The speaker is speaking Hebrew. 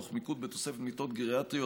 תוך מיקוד בתוספת מיטות גריאטריות,